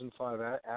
2005